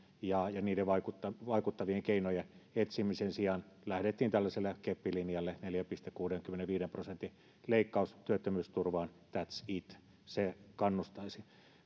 ja ja niiden vaikuttavien keinojen etsimisen sijaan lähdettiin tällaiselle keppilinjalle neljän pilkku kuudenkymmenenviiden prosentin leikkaus työttömyysturvaan thats it se kannustaisi